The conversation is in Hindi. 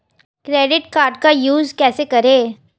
क्रेडिट कार्ड का यूज कैसे करें?